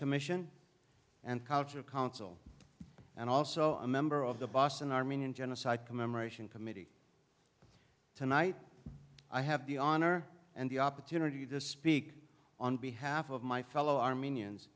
commission and culture council and also a member of the boston armenian genocide commemoration committee tonight i have the honor and the opportunity to speak on behalf of my fellow armenians